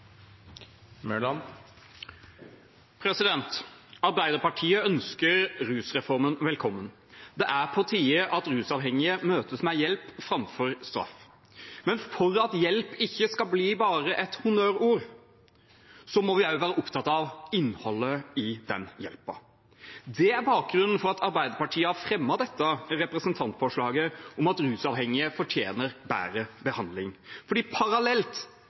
på tide at rusavhengige møtes med hjelp framfor straff. Men for at hjelp ikke skal bli bare et honnørord, må vi også være opptatt av innholdet i hjelpen. Det er bakgrunnen for at Arbeiderpartiet har fremmet dette representantforslaget om at rusavhengige fortjener bedre behandling. Parallelt